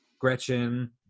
Gretchen